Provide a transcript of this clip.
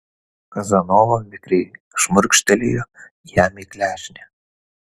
kazanova vikriai šmurkštelėjo jam į klešnę